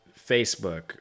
facebook